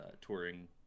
touring